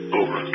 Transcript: over